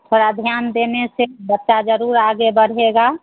थोड़ा ध्यान देने से बच्चा जरूर आगे बढ़ेगा